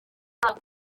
itabi